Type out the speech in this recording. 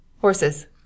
Horses